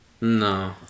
No